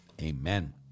amen